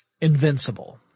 invincible